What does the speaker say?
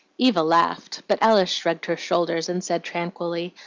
eva laughed, but alice shrugged her shoulders, and said tranquilly,